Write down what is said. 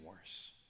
worse